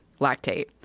lactate